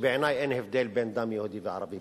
שבעיני אין הבדל בין דם יהודי לערבי.